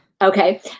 Okay